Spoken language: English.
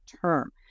term